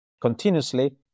continuously